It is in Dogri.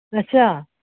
अच्छा